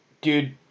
Dude